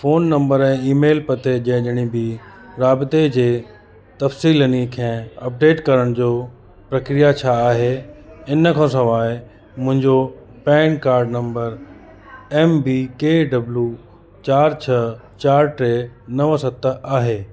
phone number ऐं email पते जंहिं जी बि राब्ते जे तफ़सीलनी खे अपडेट करण जो प्रक्रिया छा आहे हिन खां सवाइ मुंहिंजो PAN card number M B K W चार छह चार टे नव सत आहे